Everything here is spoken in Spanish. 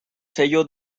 sello